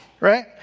right